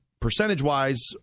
percentage-wise